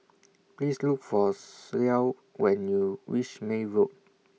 Please Look For Clell when YOU REACH May Road